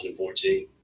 2014